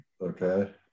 Okay